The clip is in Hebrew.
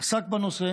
עסק בנושא